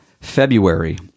February